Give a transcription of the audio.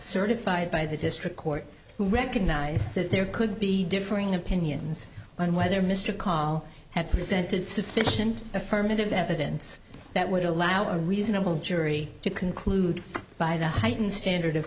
certified by the district court to recognize that there could be differing opinions on whether mr call had presented sufficient affirmative evidence that would allow a reasonable jury to conclude by the heightened standard of